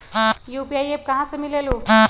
UPI app कहा से मिलेलु?